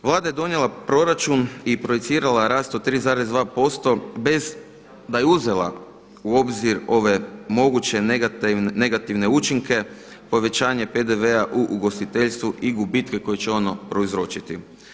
Vlada je donijela proračun i projicirala rast od 3,2% bez da je uzela u obzir ove moguće negativne učinke povećanje PDV-a u ugostiteljstvu i gubitke koje će ono prouzročiti.